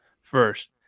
first